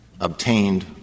obtained